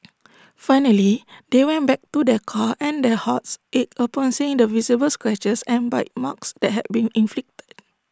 finally they went back to their car and their hearts ached upon seeing the visible scratches and bite marks that had been inflicted